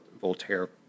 voltaire